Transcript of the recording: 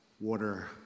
water